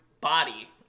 body